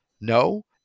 No